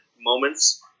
moments